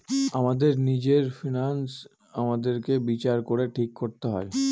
আমাদের নিজের ফিন্যান্স আমাদেরকে বিচার করে ঠিক করতে হয়